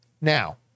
Now